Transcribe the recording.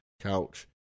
couch